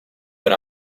era